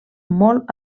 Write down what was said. molt